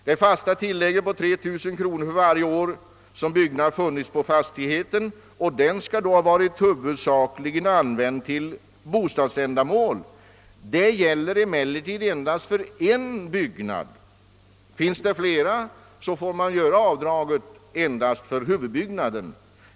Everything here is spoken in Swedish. Det fasta tilllägget på 3 000 kronor gäller för varje år som byggnad funnits på fastigheten — denna skall då huvudsakligen ha va rit använd till bostadsändamål och det är endast fråga om en byggnad; finns det flera, får man göra avdrag endast för huvudbyggnaden.